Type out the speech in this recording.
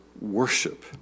worship